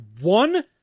one